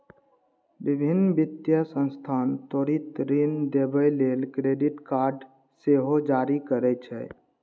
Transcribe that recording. विभिन्न वित्तीय संस्थान त्वरित ऋण देबय लेल क्रेडिट कार्ड सेहो जारी करै छै